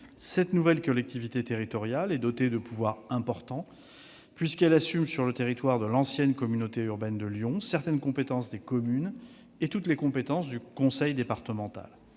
La nouvelle collectivité territoriale est dotée de pouvoirs importants, puisqu'elle assume sur le territoire de l'ancienne communauté urbaine de Lyon certaines compétences des communes et toutes les compétences du conseil départemental.